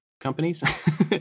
companies